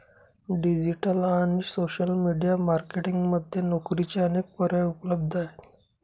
digital आणि social media marketing मध्ये नोकरीचे अनेक पर्याय उपलब्ध आहेत